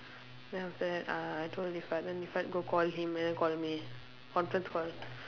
then after that ah I told then go call him and then call me conference call